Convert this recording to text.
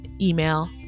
email